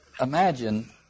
imagine